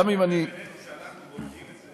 האמת היא שאנחנו בודקים.